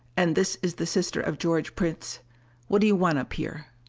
and this is the sister of george prince what do you want up here?